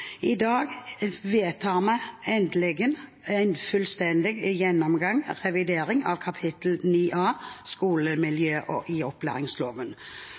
I dag vedtar vi endelig en fullstendig gjennomgang og revidering av kapittel 9a i opplæringsloven, Elevane sitt skolemiljø.